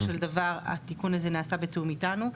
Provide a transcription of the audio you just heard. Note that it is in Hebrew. של דבר התיקון הזה נעשה בתיאום איתנו.